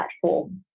platform